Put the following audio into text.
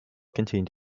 contained